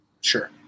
Sure